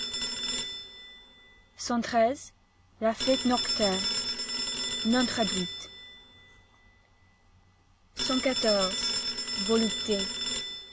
la fête nocturne